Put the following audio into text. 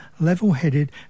level-headed